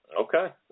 Okay